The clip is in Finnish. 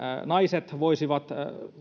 naiset voisivat